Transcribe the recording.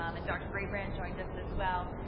um and dr. brabrand joined us as well.